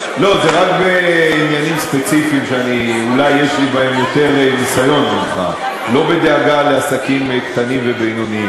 אני מסכים אתך, ואני פתוח לעניין.